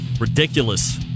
ridiculous